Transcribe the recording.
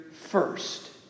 first